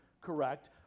correct